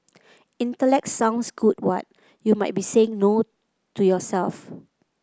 intellect sounds good what you might be saying no to yourself